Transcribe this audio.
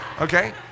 Okay